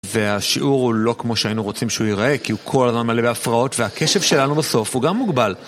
והשיעור הוא לא כמו שהיינו רוצים שהוא ייראה, כי הוא כל הזמן מלא בהפרעות, והקשב שלנו בסוף הוא גם מוגבל.